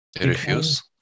Refuse